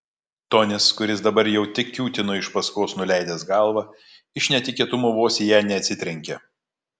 tonis kuris dabar jau tik kiūtino iš paskos nuleidęs galvą iš netikėtumo vos į ją neatsitrenkė